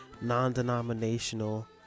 Non-denominational